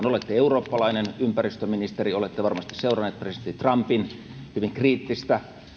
olette eurooppalainen ympäristöministeri ja olette varmasti seurannut presidentti trumpin hyvin kriittistä